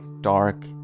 dark